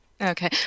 Okay